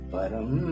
Param